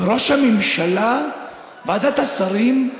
וראש הממשלה, ועדת השרים,